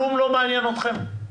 כלום לא מעניין אתכם.